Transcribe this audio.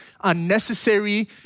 unnecessary